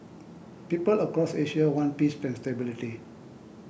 people across Asia want peace and stability